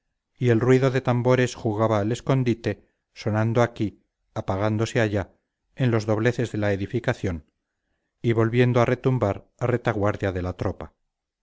y el ruido de tambores jugaba al escondite sonando aquí apagándose allá en los dobleces de la edificación y volviendo a retumbar a retaguardia de la tropa